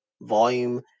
volume